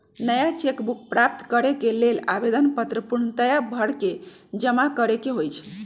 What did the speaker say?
नया cheque book प्राप्त करेके लेल आवेदन पत्र पूर्णतया भरके जमा करेके होइ छइ